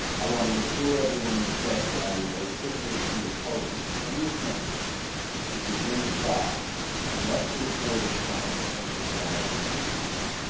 i want to assure everyone in the press that i will vociferously oppose any attempt to begin the trial unless the reporters trying to enter the gallery are seated.